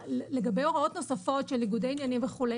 לגבי הוראות נוספות של ניגודי עניינים וכו'